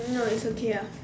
no it's okay ah